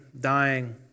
dying